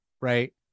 right